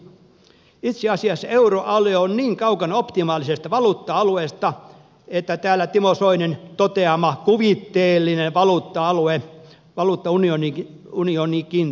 itse asiassa euroalue on niin kaukana optimaalisesta valuutta alueesta että täällä timo soinin toteama kuvitteellinen valuuttaunionikin toimisi paremmin